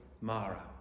Mara